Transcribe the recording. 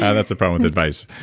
and that's the problem with advice.